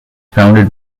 founded